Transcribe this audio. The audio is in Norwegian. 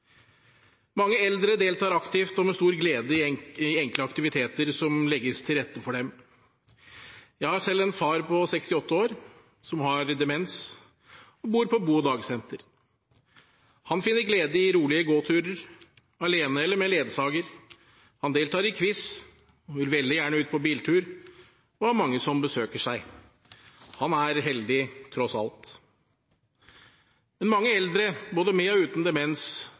Mange eldre deltar aktivt og med stor glede i enkle aktiviteter som legges til rette for dem. Jeg har selv en far på 68 år som har demens og bor på bo- og dagsenter. Han finner glede i rolige gåturer, alene eller med ledsager, han deltar i quiz og vil gjerne ut på biltur, og han har mange som besøker seg. Han er heldig, tross alt. Men mange eldre – både med og uten demens